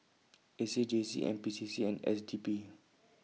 A C J C N P C C and S D P